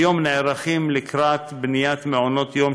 כיום נערכים לקראת בניית מעונות יום